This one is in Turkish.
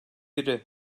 biri